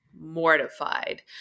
mortified